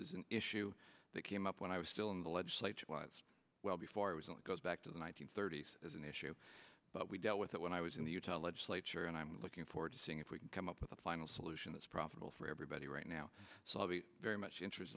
is an issue that came up when i was still in the legislature well before it was only goes back to the one nine hundred thirty s as an issue but we dealt with it when i was in the utah legislature and i'm looking forward to seeing if we can come up with a final solution that's probable for everybody right now so i'll be very much interest